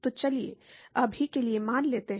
तो चलिए अभी के लिए मान लेते हैं